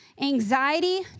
anxiety